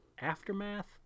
Aftermath